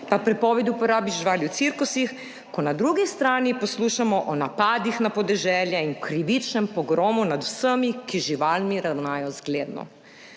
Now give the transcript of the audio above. pa prepovedi uporabe živali v cirkusih, ko na drugi strani poslušamo o napadih na podeželje in krivičnem pogromu nad vsemi, ki z živalmi ravnajo zgledno.